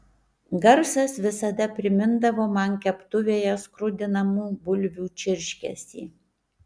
garsas visada primindavo man keptuvėje skrudinamų bulvių čirškesį